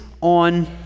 on